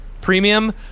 premium